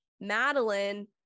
Madeline